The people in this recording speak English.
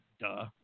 Duh